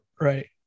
Right